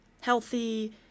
healthy